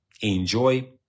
Enjoy